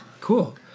Cool